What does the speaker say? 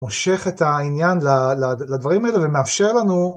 מושך את העניין לדברים האלה ומאפשר לנו.